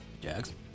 Jags